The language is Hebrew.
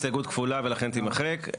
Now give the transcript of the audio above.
הסתייגות כפולה ולכן תימחק,